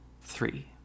Three